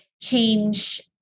change